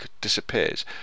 disappears